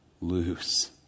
lose